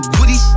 Woody